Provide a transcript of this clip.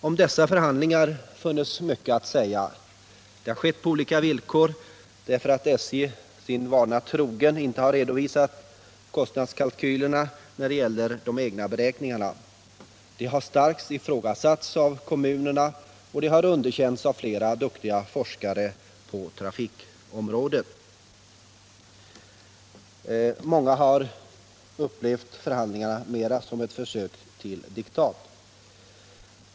Om dessa förhandlingar funnes mycket att säga. De har skett på olika villkor, därför att SJ sin vana trogen inte har redovisat kostnadskalkylerna för de egna beräkningarna. De har starkt ifrågasatts av kommunerna, och de har underkänts av flera duktiga forskare på trafikområdet. Många har upplevt förhandlingarna som ett försök till diktat.